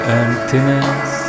emptiness